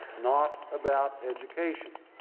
not about education.